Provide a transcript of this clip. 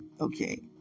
Okay